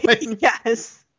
Yes